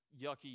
yucky